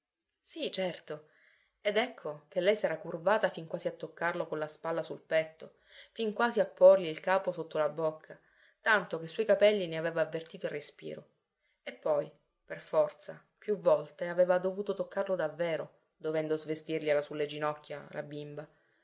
sì certo ed ecco che lei s'era curvata fin quasi a toccarlo con la spalla sul petto fin quasi a porgli il capo sotto la bocca tanto che sui capelli ne aveva avvertito il respiro e poi per forza più volte aveva dovuto toccarlo davvero dovendo svestirgliela sulle ginocchia la bimba